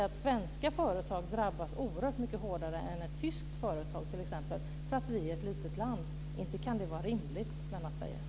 Att svenska företag drabbas oerhört mycket hårdare än t.ex. tyska för att vi är ett litet land - inte kan det vara rimligt, Lennart Beijer?